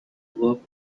worked